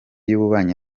y’ububanyi